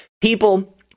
people